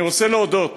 אני רוצה להודות